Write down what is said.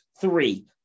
Three